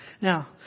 now